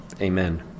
Amen